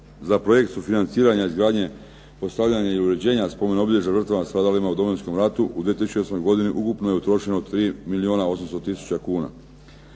Za projekt sufinanciranja izgradnje postavljanja i uređenja spomen obilježja žrtvama stradalima u Domovinskom ratu u 2008. godini ukupno je utrošeno 3 milijuna 800 tisuća kuna.